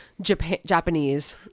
Japanese